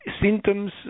symptoms